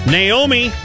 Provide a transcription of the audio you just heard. Naomi